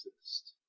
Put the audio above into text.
exist